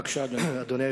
בבקשה, אדוני.